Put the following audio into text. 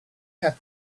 had